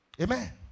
amen